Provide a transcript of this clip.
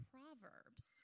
Proverbs